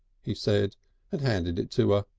he said and handed it to her.